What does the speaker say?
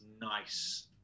nice